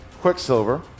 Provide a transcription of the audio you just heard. Quicksilver